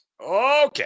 Okay